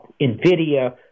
NVIDIA